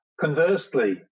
conversely